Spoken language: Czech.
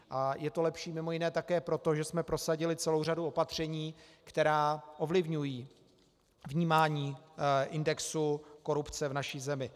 A je to lepší mj. také proto, že jsme prosadili celou řadu opatření, která ovlivňují vnímání indexu korupce v naší zemi.